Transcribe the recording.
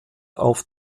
auf